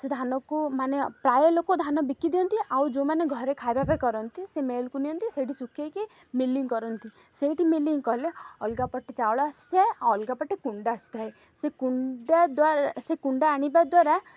ସେ ଧାନକୁ ମାନେ ପ୍ରାୟ ଲୋକ ଧାନ ବିକି ଦିଅନ୍ତି ଆଉ ଯେଉଁମାନେ ଘରେ ଖାଇବା ପାଇଁ କରନ୍ତି ସେ ମେଳିକୁ ନିଅନ୍ତି ସେଇଠି ଶୁଖାଇକି ମିଲିଂ କରନ୍ତି ସେଇଠି ମିଲିଂ କଲେ ଅଲଗା ପଟେ ଚାଉଳ ଆସିଥାଏ ଆଉ ଅଲଗା ପଟେ କୁଣ୍ଡା ଆସିଥାଏ ସେ କୁଣ୍ଡା ଦ୍ୱାରା ସେ କୁଣ୍ଡା ଆଣିବା ଦ୍ୱାରା